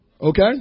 Okay